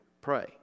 pray